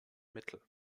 mittel